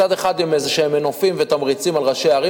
מצד אחד עם מנופים ותמריצים על ראשי ערים,